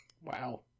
Wow